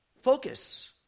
focus